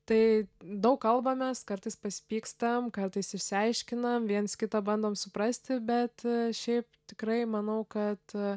tai daug kalbamės kartais pasipykstam kartais išsiaiškinam viens kitą bandom suprasti bet šiaip tikrai manau kad